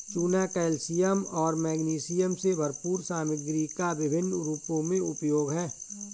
चूना कैल्शियम और मैग्नीशियम से भरपूर सामग्री का विभिन्न रूपों में उपयोग है